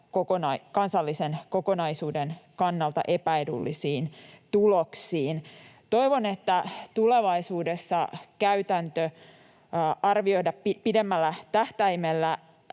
kansallisen kokonaisuuden kannalta epäedullisiin tuloksiin. Toivon, että tulevaisuudessa käytäntö arvioida pidemmällä tähtäimellä